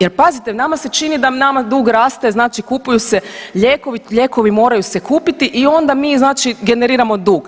Jer pazite, nama se čini da nama dug raste, znači kupuju se lijekovi, lijekovi se moraju kupiti i onda mi znači generiramo dug.